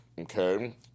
okay